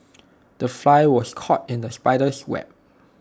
the fly was caught in the spider's web